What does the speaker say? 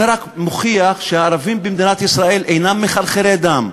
זה רק מוכיח שהערבים במדינת ישראל אינם מחרחרי דם,